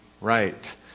right